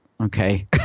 okay